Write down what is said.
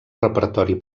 repertori